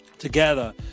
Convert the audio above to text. Together